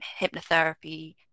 hypnotherapy